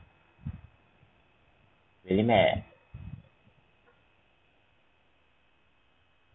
really meh